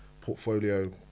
Portfolio